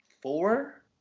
four